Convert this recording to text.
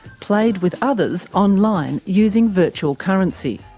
played with others, online, using virtual currency.